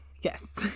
Yes